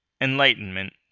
Enlightenment